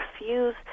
refuse